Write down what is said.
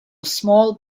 small